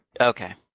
Okay